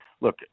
look